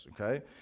okay